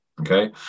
okay